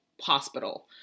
hospital